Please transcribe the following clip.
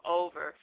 over